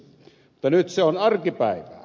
nyt se on arkipäivää